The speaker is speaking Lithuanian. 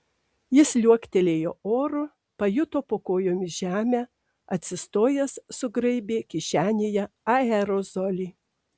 jis liuoktelėjo oru pajuto po kojomis žemę atsistojęs sugraibė kišenėje aerozolį